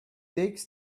takes